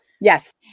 Yes